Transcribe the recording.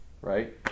Right